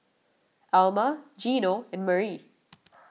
Alma Gino and Marie